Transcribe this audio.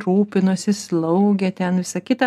rūpinosi slaugė ten visa kita